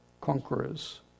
conquerors